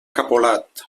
capolat